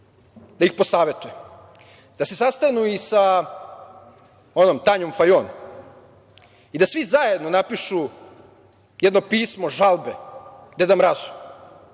da ih posavetujem da se sastanu i sa onom Tanjom Fajon i da svi zajedno napišu jedno pismo žalbe Deda mrazu